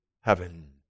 heaven